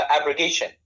abrogation